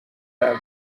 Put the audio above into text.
کردم